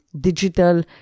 digital